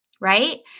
right